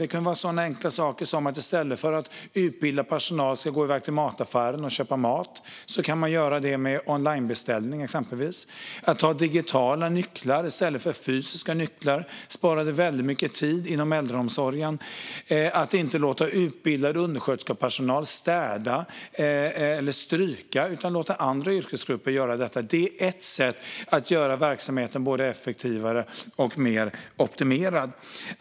Det kunde handla om sådana enkla saker som att i stället för att utbildad personal skulle gå iväg till mataffären och köpa mat kunde man exempelvis göra onlinebeställningar av mat. Att man hade digitala nycklar i stället för fysiska nycklar sparade väldigt mycket tid inom äldreomsorgen. Att inte låta utbildad undersköterskepersonal städa eller stryka utan låta andra yrkesgrupper göra det är ett sätt att göra verksamheten både effektivare och mer optimerad.